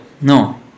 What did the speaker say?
no